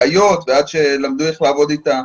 זמן עד שלומדים איך לעבוד אתה,